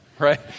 right